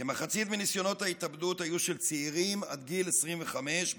כמחצית מניסיונות ההתאבדות היו של צעירים עד גיל 25,